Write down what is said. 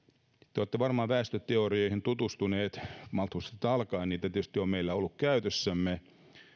te olette varmaan väestöteorioihin tutustunut malthusista alkaen niitä tietysti on ollut meillä käytössämme